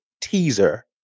teaser